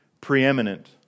preeminent